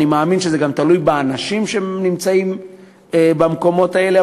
אני מאמין שזה גם תלוי באנשים שנמצאים במקומות האלה.